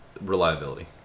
Reliability